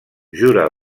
jura